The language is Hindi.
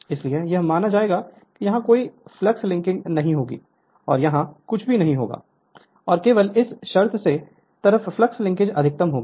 इसलिए यह माना जाएगा कि यहां कोई फ्लक्स लिंकिंग नहीं होगी और यहां कुछ भी नहीं होगा और केवल इस शर्त के तहत फ्लक्स लिंकिंग अधिकतम होगी